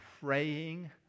praying